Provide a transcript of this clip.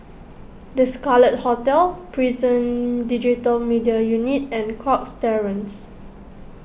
the Scarlet Hotel Prison Digital Media Unit and Cox Terrace